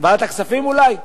ועדת הכספים אולי?